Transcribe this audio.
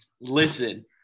Listen